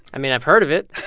i mean, i've heard of it